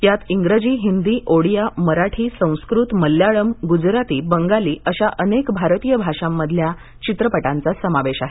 यात इंग्रजी हिंदी ओडिया मराठी संस्कृत मल्याळम गुजराती बंगाली अशा अनेक भारतीय भाषांमधल्या चित्रपटांचा समावेश आहे